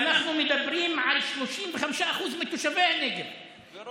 ואנחנו מדברים על 35% מתושבי הנגב, ורודפים אותם.